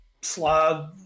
slide